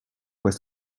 was